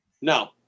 No